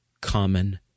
common